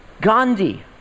Gandhi